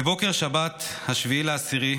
בבוקר שבת 7 באוקטובר,